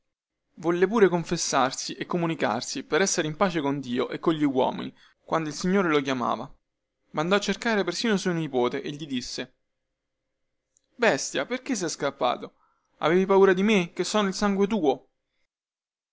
volle pure confessarsi e comunicarsi per essere in pace con dio e cogli uomini quando il signore lo chiamava mandò a cercare persino suo nipote e gli disse bestia perchè sei scappato avevi paura di me che sono il sangue tuo